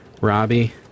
Robbie